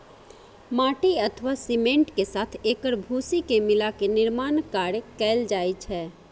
माटि अथवा सीमेंट के साथ एकर भूसी के मिलाके निर्माण कार्य कैल जाइ छै